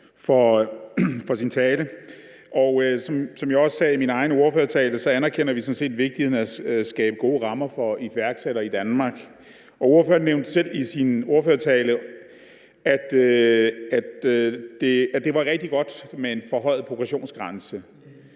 for talen. Som jeg også sagde i min egen ordførertale, anerkender vi sådan set vigtigheden af at skabe gode rammer for iværksættere i Danmark. Ordføreren nævnte selv i sin ordførertale, at det var rigtig godt med en forhøjet progressionsgrænse.